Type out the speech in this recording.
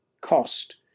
cost